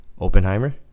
Oppenheimer